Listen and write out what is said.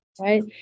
right